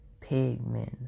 pigmen